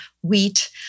wheat